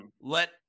let